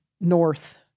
north